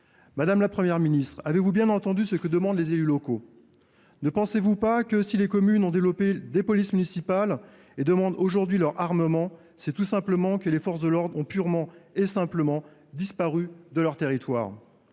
Madame la Première ministre, avez vous bien entendu ce que demandent les élus locaux ? Ne pensez vous pas que, si des communes ont développé des polices municipales et demandent aujourd’hui leur armement, c’est tout simplement parce que les forces de l’ordre ont purement et simplement disparu de leur territoire ?